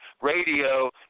radio